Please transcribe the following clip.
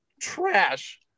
trash